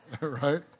Right